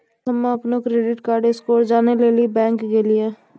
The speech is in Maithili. हम्म अपनो क्रेडिट कार्ड स्कोर जानै लेली बैंक गेलियै